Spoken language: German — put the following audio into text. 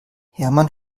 hermann